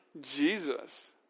Jesus